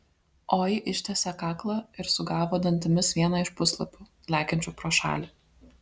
oi ištiesė kaklą ir sugavo dantimis vieną iš puslapių lekiančių pro šalį